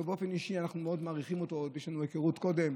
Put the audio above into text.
באופן אישי אנחנו מאוד מעריכים אותו ויש לנו עוד היכרות קודם,